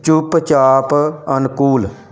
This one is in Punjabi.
ਚੁੱਪਚਾਪ ਅਨੁਕੂਲ